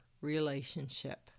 relationship